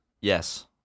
Yes